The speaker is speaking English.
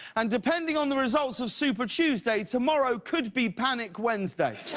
and depending on the results of super tuesday, tomorrow could be panic wednesday